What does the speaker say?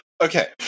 Okay